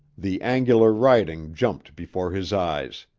the angular writing jumped before his eyes.